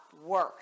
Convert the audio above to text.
worse